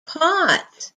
pot